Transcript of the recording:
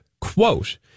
Quote